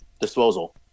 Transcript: Disposal